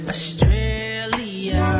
Australia